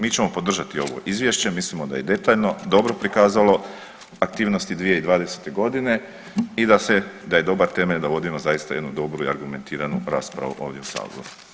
Mi ćemo podržati ovo izvješće, mislimo da je detaljno, dobro prikazalo aktivnosti 2020.g. i da je dobar temelj da vodimo zaista jednu dobru i argumentiranu raspravu ovdje u saboru.